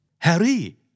Harry